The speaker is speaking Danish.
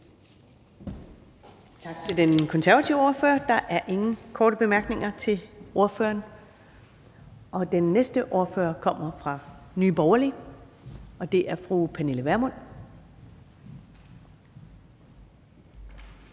Tak til Dansk Folkepartis ordfører. Der er ikke nogen korte bemærkninger. Den næste ordfører er fra Nye Borgerlige, og det er fru Pernille Vermund.